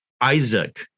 Isaac